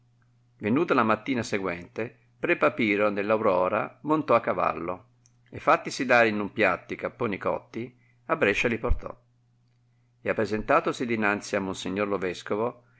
venuta la mattina sequente pre papiro nell aurora montò a cavallo e fattisi dare in un piatto i capponi cotti a brescia li portò ed appresentatosi dinnanzi a monsignor lo vescovo